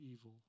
evil